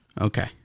Okay